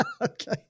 Okay